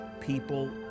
people